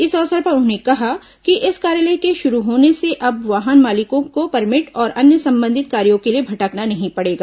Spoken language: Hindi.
इस अवसर पर उन्होंने कहा कि इस कार्यालय के शुरू होने से अब वाहन मालिकों को परमिट और अन्य संबंधित कार्यो के लिए भटकना नहीं पड़ेगा